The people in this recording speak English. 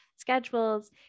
schedules